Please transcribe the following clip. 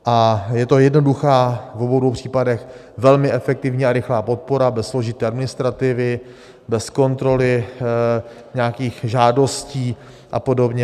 A je to jednoduchá, v obou případech velmi efektivní a rychlá podpora bez složité administrativy, bez kontroly nějakých žádostí apod.